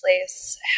place